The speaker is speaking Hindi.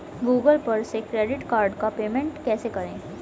गूगल पर से क्रेडिट कार्ड का पेमेंट कैसे करें?